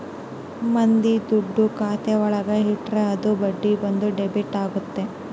ಮಂದಿ ದುಡ್ಡು ಖಾತೆ ಒಳಗ ಇಟ್ರೆ ಅದು ಬಡ್ಡಿ ಬಂದು ಡೆಬಿಟ್ ಆಗುತ್ತೆ